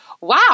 wow